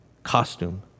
Costume